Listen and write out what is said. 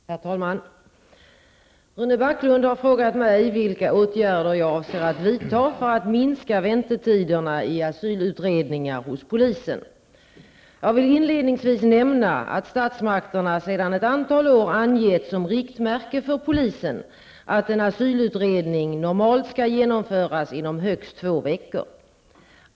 Herr talman! Rune Backlund har frågat mig vilka åtgärder jag avser att vidta för att minska väntetiderna i asylutredningar hos polisen. Jag vill inledningsvis nämna att statsmakterna sedan ett antal år angett som riktmärke för polisen att en asylutredning normalt skall genomföras inom högst två veckor.